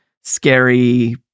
scary